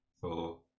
four